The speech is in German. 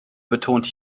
betont